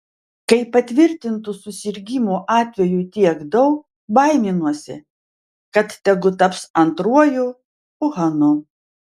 kai patvirtintų susirgimų atvejų tiek daug baiminuosi kad tegu taps antruoju uhanu